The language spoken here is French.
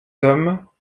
hommes